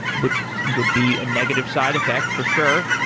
which would be a negative side effect for sure.